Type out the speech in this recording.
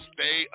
Stay